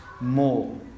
more